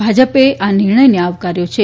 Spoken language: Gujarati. ભાજપે આ નિર્ણયને આવકાર્યો છે